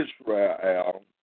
Israel